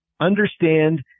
understand